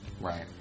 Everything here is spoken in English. Right